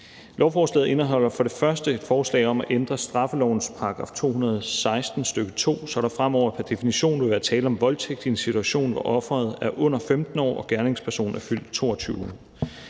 Lovforslaget indeholder for det første et forslag om at ændre straffelovens § 216, stk. 2, så der fremover pr. definition vil være tale om voldtægt i en situation, hvor offeret er under 15 år og gerningspersonen er fyldt 22